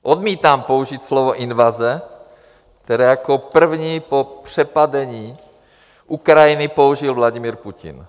Odmítám použít slovo invaze, které jako první po přepadení Ukrajiny použil Vladimir Putin.